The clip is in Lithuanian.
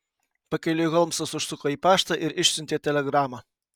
pakeliui holmsas užsuko į paštą ir išsiuntė telegramą